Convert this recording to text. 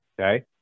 okay